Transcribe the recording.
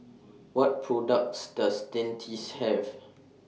What products Does Dentiste Have